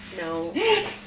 No